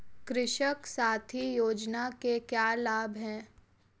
कृषक साथी योजना के क्या लाभ हैं?